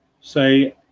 say